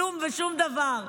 כלום ושום דבר.